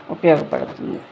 ఉపయోగపడుతుంది